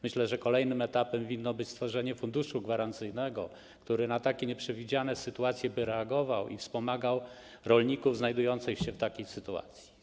Myślę, że kolejnym etapem winno być stworzenie funduszu gwarancyjnego, który na takie nieprzewidziane sytuacje by reagował i wspomagał rolników znajdujących się w takich sytuacjach.